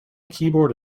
keyboard